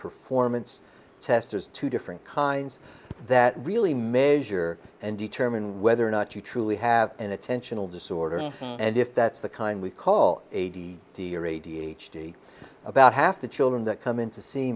performance testers two different kinds that really measure and determine whether or not you truly have an attentional disorder and if that's the kind we call a d d or a d h d about half the children that come in to see